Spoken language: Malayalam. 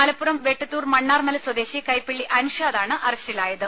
മലപ്പുറം വെട്ടത്തൂർ മണ്ണാർമല സ്വദേശി കൈപ്പിള്ളി അൻഷാദാണ് അറസ്റ്റിലായത്